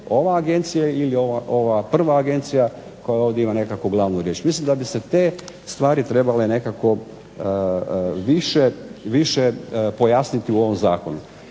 ova agencija ili ova prva agencija koja ovdje ima nekakvu glavnu riječ. Mislim da bi se te stvari trebale nekako više pojasniti u ovom zakonu.